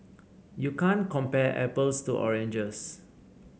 you can't compare apples to oranges